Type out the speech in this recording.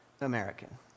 American